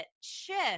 shift